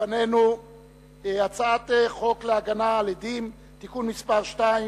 לפנינו הצעת חוק להגנה על עדים (תיקון מס' 2),